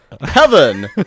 heaven